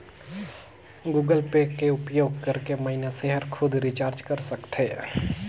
Google Pay के उपयोग करके मइनसे हर खुद रिचार्ज कर सकथे